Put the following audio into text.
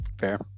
Fair